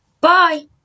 Bye